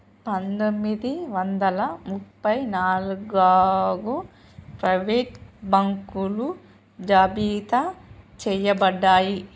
పందొమ్మిది వందల ముప్ప నాలుగగు ప్రైవేట్ బాంకులు జాబితా చెయ్యబడ్డాయి